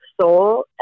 soul